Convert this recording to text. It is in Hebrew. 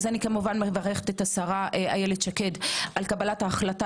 אני כמובן מברכת את השרה איילת שקד על קבלת ההחלטה